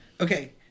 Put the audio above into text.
Okay